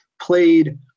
played –